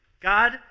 God